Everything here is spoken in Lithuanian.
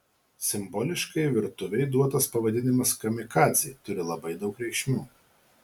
simboliškai virtuvei duotas pavadinimas kamikadzė turi labai daug reikšmių